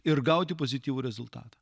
ir gauti pozityvų rezultatą